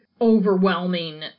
overwhelming